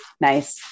Nice